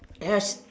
yes